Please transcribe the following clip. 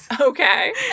Okay